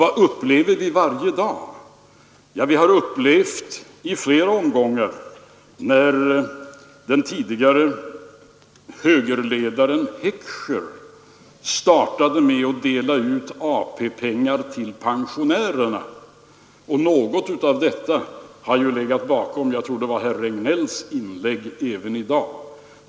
Den tidigare högerledaren 95 Heckscher ville dela ut extra AP-pengar till pensionärerna, och något av detta har ju legat bakom herr Regnélls inlägg i dag.